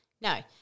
No